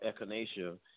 echinacea